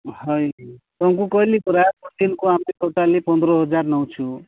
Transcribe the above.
ହଏ ତୁମକୁ କହିଲି ପରା ଗୋଟେ ଦିନକୁ ଆମେ ଟୋଟାଲି ପନ୍ଦର ହଜାର ନେଉଛୁ